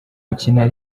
gukina